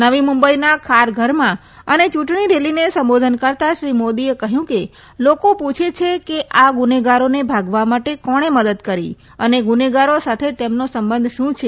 નવી મુંબઇના ખારઘરમાં અને ચુંટણી રેલીને સંબોધન કરતા શ્રી મોદીએ કહ્યું કે લોકો પુછે છે કે આ ગુનેગારોને ભાગવા માટે કોણે મદદ કરી અને ગુનેગારો સાથે તેમનો સંબંધ શુ છે